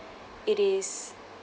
it is